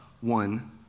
one